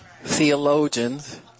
theologians